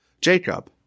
Jacob